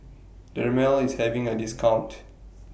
Dermale IS having A discount